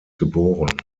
geboren